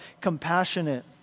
Compassionate